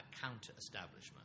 counter-establishment